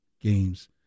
games